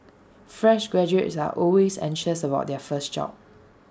fresh graduates are always anxious about their first job